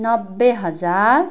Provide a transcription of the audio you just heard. नब्बे हजार